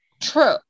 True